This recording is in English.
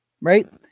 right